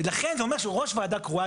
ולכן זה אומר שהוא ראש ועדה קרואה,